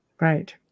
Right